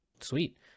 Sweet